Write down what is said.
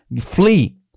flee